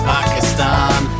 Pakistan